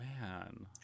Man